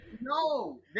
No